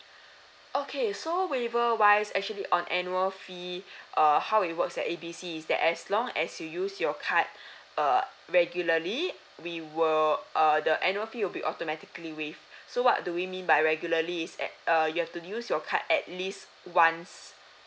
okay so waiver wise actually on annual fee err how it works at A B C is that as long as you use your card uh regularly we will uh the annual fee will be automatically waived so what do we mean by regularly is at uh you have to use your card at least once